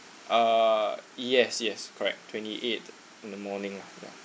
err yes yes correct twenty eighth in the morning lah ya